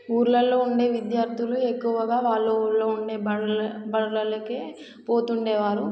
ఊర్లల్లో ఉండే విద్యార్థులు ఎక్కువగా వాళ్ళ ఊర్లో ఉండే బడల బడులకే పోతుండేవారు